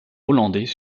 hollandais